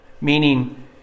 Meaning